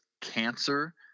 cancer